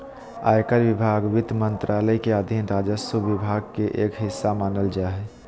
आयकर विभाग वित्त मंत्रालय के अधीन राजस्व विभाग के एक हिस्सा मानल जा हय